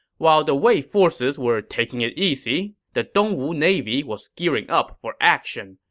while the wei forces were taking it easy, the dongwu navy was gearing up for action.